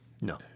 No